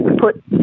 put